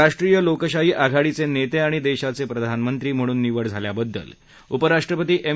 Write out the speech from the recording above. राष्ट्रीय लोकशाही आघाडीचे नेते आणि देशाचे प्रधानमंत्री म्हणून निवड झाल्याबद्दल उपराष्ट्रपती एम